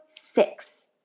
six